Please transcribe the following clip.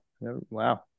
wow